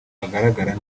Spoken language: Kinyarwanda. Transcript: agaragara